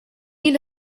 meet